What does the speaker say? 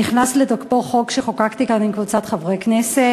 נכנס לתוקפו חוק שחוקקתי כאן עם קבוצת חברי הכנסת